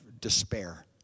despair